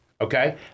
Okay